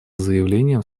заявлением